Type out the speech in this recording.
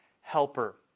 helper